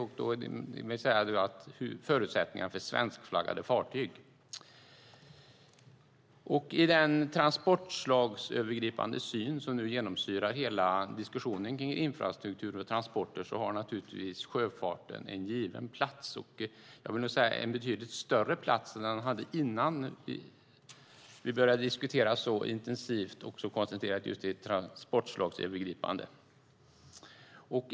Det handlar alltså då om förutsättningar för svenskflaggade fartyg. I den transportslagsövergripande syn som nu genomsyrar hela diskussionen kring infrastruktur och transporter har naturligtvis sjöfarten en given plats. Jag vill säga att den har en betydligt större plats nu än den hade innan vi så intensivt och koncentrerat började diskutera just det transportslagsövergripande.